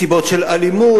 מסיבות של אלימות,